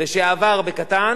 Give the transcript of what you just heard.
ואז כותבים את מה שהוא אמר.